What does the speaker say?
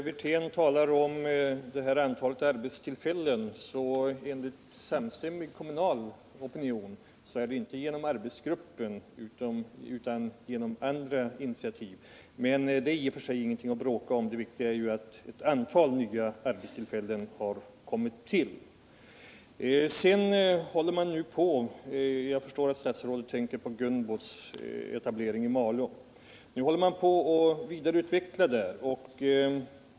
Herr talman! Rolf Wirtén talar om antalet arbetstillfällen, men enligt samstämmig kommunal opinion är det inte genom arbetsgruppen som dessa tillkommit utan genom andra initiativ. Det är dock ingenting att bråka om, utan det viktiga är ju att ett antal nya arbetstillfällen har tillkommit. Nu arbetar man vidare i Malå. Jag antar att statsrådet tänker på Gunbos etablering där.